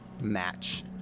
match